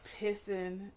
pissing